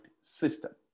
system